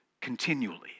continually